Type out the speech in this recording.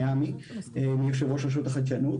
מעמי אפלבום,